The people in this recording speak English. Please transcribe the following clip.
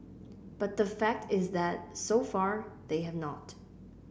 but the fact is that so far they have not